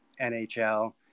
NHL